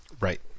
Right